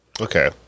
Okay